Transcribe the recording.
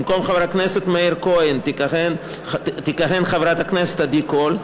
במקום חבר הכנסת מאיר כהן תכהן חברת הכנסת עדי קול.